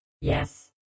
yes